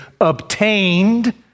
obtained